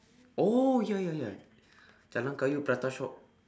oh ya ya ya jalan-kayu prata shop